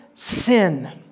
Sin